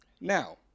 Now